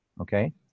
Okay